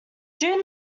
during